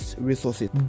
resources